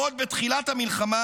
עוד בתחילת המלחמה,